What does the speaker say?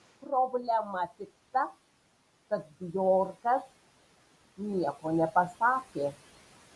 problema tik ta kad bjorkas nieko nepasakė